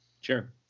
Sure